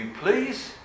please